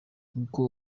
kuko